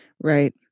Right